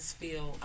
feel